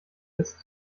ist